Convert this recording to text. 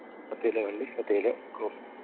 പത്തുകിലോ വെള്ളയും പത്തുകിലോ റോസും